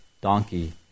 donkey